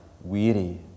weary